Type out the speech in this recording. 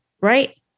Right